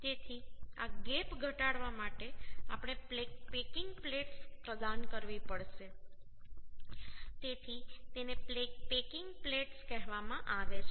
તેથી આ ગેપ ઘટાડવા માટે આપણે પેકિંગ પ્લેટ્સ પ્રદાન કરવી પડશે તેથી તેને પેકિંગ પ્લેટ્સ કહેવામાં આવે છે